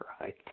right